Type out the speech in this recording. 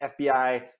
FBI